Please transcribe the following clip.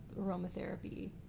aromatherapy